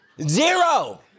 Zero